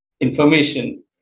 information